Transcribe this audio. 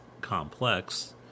complex